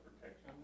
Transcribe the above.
protection